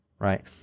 Right